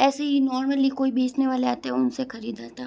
ऐसे ही नॉर्मली कोई बेचने वाले आते हैं उनसे खरीदा था